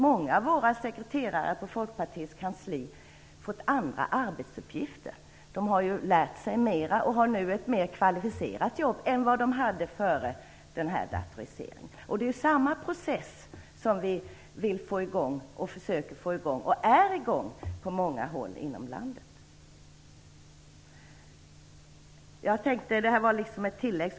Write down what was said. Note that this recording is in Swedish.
Många av våra sekreterare på Folkpartiets kansli har fått andra arbetsuppgifter. De har lärt sig mer och har nu ett mer kvalificerat jobb än före datoriseringen. Det är samma process som vi försöker få i gång, och som också har kommit i gång på många andra håll inom landet.